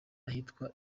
ahitwa